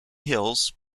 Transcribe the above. hills